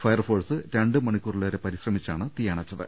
fire force രണ്ട് മണിക്കൂറിലേറെ പരിശ്രമിച്ചാണ് തീയണച്ചത്